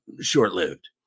short-lived